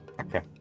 Okay